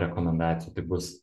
rekomendacijų tai bus